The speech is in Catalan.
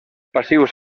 passius